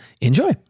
Enjoy